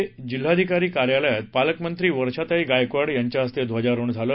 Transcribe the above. हिंगोली येथील जिल्हाधिकारी कार्यालयात पालकमंत्री वर्षाताई गायकवाड यांच्या हस्ते ध्वजारोहण झालं